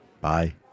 Bye